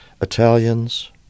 Italians